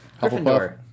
Hufflepuff